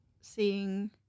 seeing